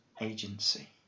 agency